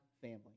family